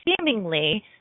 seemingly